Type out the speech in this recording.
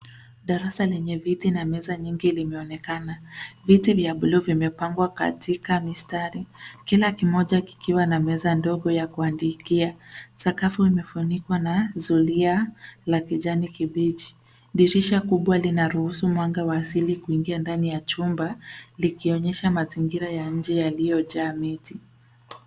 Darasa lenye viti na meza nyingi limeonekana. Viti vya blue vimepangwa katika mistari, kila kimoja kikiwa na meza ndogo ya kuandikia. Sakafu imefunikwa na zulia la kijani kibichi. Dirisha kubwa linaruhusu mwanga wa asili kuingia ndani ya chumba likionyesha mazingira ya nje yaliyojaa miti.